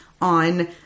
on